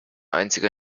einziger